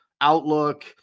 outlook